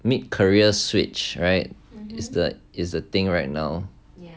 mid career switch right is the is the thing right now